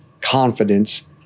confidence